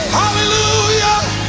hallelujah